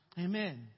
Amen